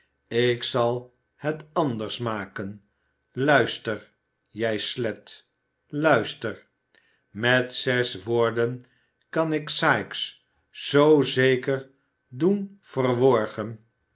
ik zal het anders maken luister jij slet luister met zes woorden kan ik sikes zoo